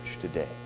today